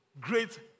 great